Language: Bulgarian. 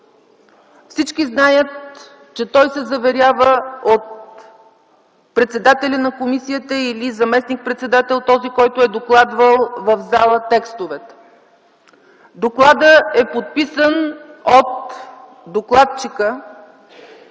Всички знаят, че той се заверява от председателя на комисията или заместник-председателя, този, който е докладвал текстовете в залата. Докладът е подписан от докладчика